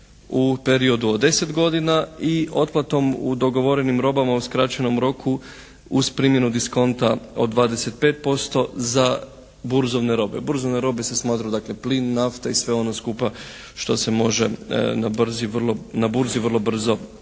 u periodu od 10 godina i otplatom u dogovorenim robama u skraćenom roku uz primjenu diskonta od 25% za burzovne robe. Burzovne robe se smatraju dakle plin, nafta i sve ono skupa što se može na burzi vrlo brzo